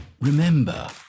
Remember